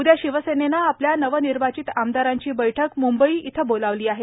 उद्या शिवसेनेनं आपल्या नवनिर्वाचित आमदारांची बैठक म्ंबई इथं बोलावली आहे